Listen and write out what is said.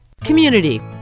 Community